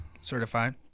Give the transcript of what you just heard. Certified